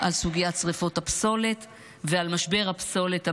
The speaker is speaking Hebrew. על סוגיית שרפות הפסולת ועל משבר הפסולת הממשמש,